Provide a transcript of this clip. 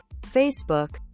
Facebook